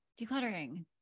decluttering